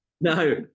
no